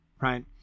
right